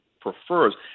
prefers